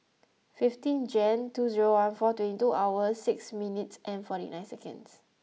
fifteen Jan two zero one four twenty two hours six minutes and forty nine seconds